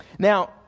Now